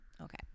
Okay